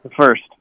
first